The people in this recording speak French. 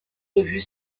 revu